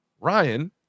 Ryan